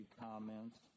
comments